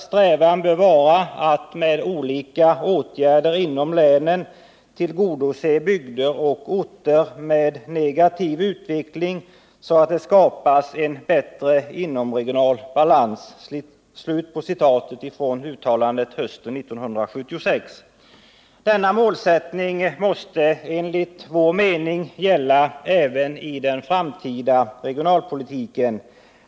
Strävan bör vara att med olika åtgärder inom länen tillgodose bygder och orter med negativ utveckling så att det skapas en bättre inomregional balans.” Denna målsättning måste enligt vår mening gälla även i den framtida regionalpolitiken.